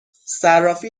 صرافی